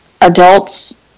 adults